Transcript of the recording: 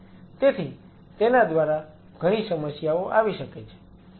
તેથી તેના દ્વારા ઘણી સમસ્યાઓ આવી શકે છે